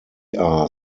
are